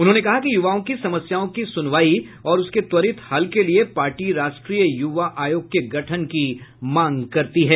उन्होंने कहा कि यूवाओं की समस्याओं की सूनवाई और उसके त्वरित हल के लिये पार्टी राष्ट्रीय युवा आयोग के गठन की मांग करती है